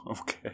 Okay